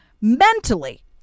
mentally